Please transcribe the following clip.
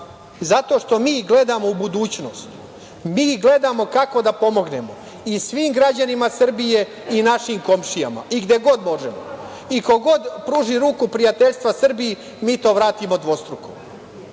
zato što mi gledamo u budućnost. Mi gledamo kako da pomognemo i svim građanima Srbije i našim komšijama i gde god možemo. Ko god pruži ruku prijateljstva Srbiji, mi to vratimo dvostruko